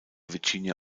virginia